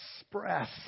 express